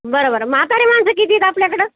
बरं बरं म्हातारी माणसं किती आहेत आपल्याकडे